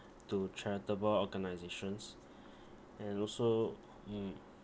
to charitable organisations and also mm